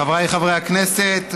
חבריי חברי הכנסת,